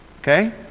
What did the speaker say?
okay